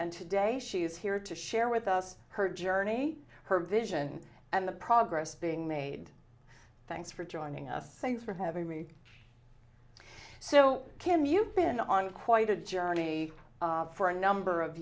and today she is here to share with us her journey her vision and the progress being made thanks for joining us thanks for having me so can you been on quite a journey for a number of